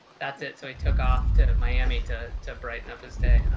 that's it. so he took off to miami to to brighten up his day.